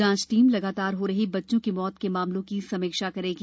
जांच टीम लगातार हो रही बच्चों की मौत के मामलों की समीक्षा करेगी